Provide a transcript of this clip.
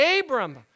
Abram